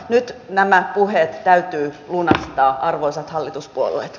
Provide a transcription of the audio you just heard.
nyt nämä puheet täytyy lunastaa arvoisat hallituspuolueet